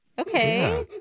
Okay